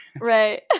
right